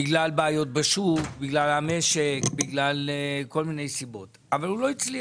בגלל בעיות בשוק, בגלל המשק, כל מיני סיבות נתנו